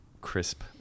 crisp